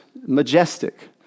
majestic